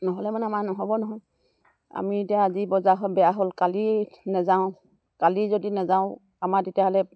নহ'লে মানে আমাৰ নহ'ব নহয় আমি এতিয়া আজি বজাৰখন বেয়া হ'ল কালি নেযাওঁ কালি যদি নেযাওঁ আমাৰ তেতিয়াহ'লে